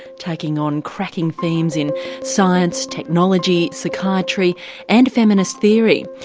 taking on cracking themes in science, technology, psychiatry and feminist theory.